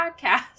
podcast